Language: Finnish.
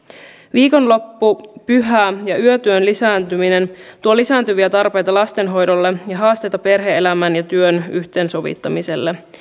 viikonloppu pyhä ja yötyön lisääntyminen tuo lisääntyviä tarpeita lastenhoidolle ja haasteita perhe elämän ja työn yhteensovittamiselle